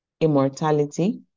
immortality